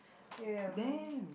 ya ya ya we are talking